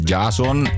Jason